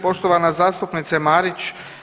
Poštovana zastupnice Marić.